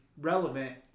relevant